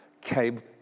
came